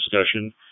discussion